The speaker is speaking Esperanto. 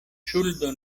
ŝuldo